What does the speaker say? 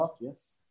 yes